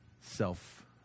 self